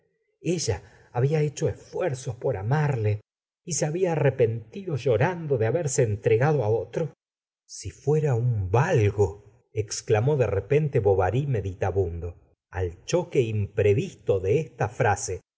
ella había hecho esfuerzos para amarle y se babia arrepentido llorando de haberse entregado á otro si fuera un valgo exclamó de repente bovary meditabundo al choque imprevisto de esta frase